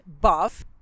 buff